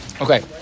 Okay